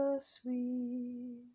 Sweet